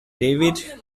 david